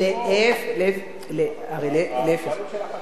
הדברים שלך חשובים.